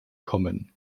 kommen